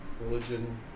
Religion